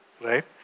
right